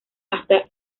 hasta